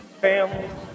family